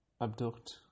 abduct